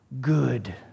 Good